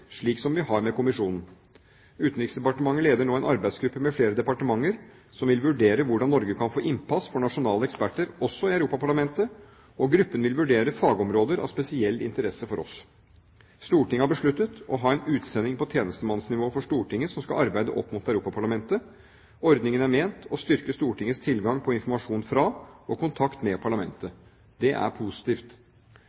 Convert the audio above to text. slik som vi har med kommisjonen. Utenriksdepartementet leder nå en arbeidsgruppe med flere departementer som vil vurdere hvordan Norge kan få innpass for nasjonale eksperter også i Europaparlamentet, og gruppen vil vurdere fagområder av spesiell interesse for oss. Stortinget har besluttet å ha en utsending på tjenestemannsnivå for Stortinget som skal arbeide opp mot Europaparlamentet. Ordningen er ment å styrke Stortingets tilgang på informasjon fra – og kontakt med – parlamentet.